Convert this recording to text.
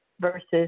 versus